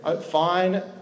fine